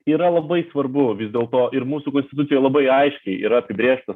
yra labai svarbu vis dėlto ir mūsų konstitucijoj labai aiškiai yra apibrėžtas